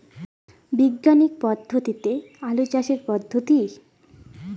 বিজ্ঞানিক পদ্ধতিতে আলু চাষের পদ্ধতি?